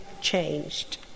changed